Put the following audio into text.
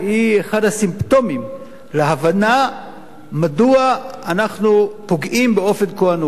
היא אחד הסימפטומים להבנה מדוע אנחנו פוגעים בים-המלח באופן כה אנוש.